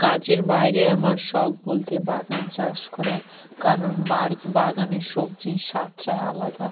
কাজের বাইরে আমার শখ বলতে বাগান চাষ করা কারণ বাড়ি বাগানের সবজির স্বাদটাই আলাদা